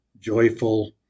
joyful